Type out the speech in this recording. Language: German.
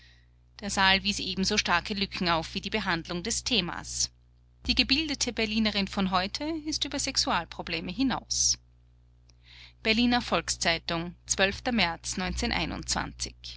der saal wies ebenso starke lücken auf wie die behandlung des themas die gebildete berlinerin von heute ist über sexualprobleme hinaus berliner volks-zeitung märz